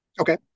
Okay